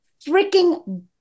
freaking